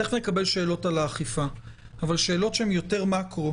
שאלות שהן יותר מקרו,